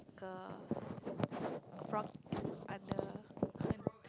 like a frog under